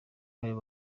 ayo